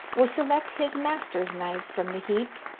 will select his master's knife from the heap,